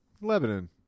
Lebanon